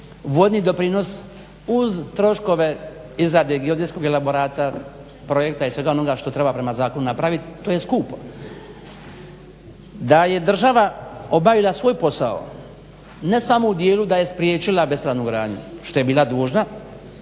vodni doprinos uz troškove izrade geodetskog elaborata i projekta i svega onda što treba prema zakonu napraviti to je skupo. Da je država obavila svoj posao ne samo u dijelu da je spriječila bespravnu gradnju, što je bila dužna,